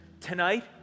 tonight